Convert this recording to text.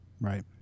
Right